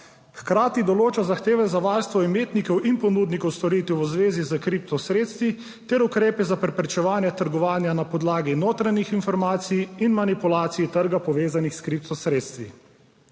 Hkrati določa zahteve za varstvo imetnikov in ponudnikov storitev v zvezi s kriptosredstvi ter ukrepe za preprečevanje trgovanja na podlagi notranjih informacij in manipulacij trga, povezanih s kriptosredstvi.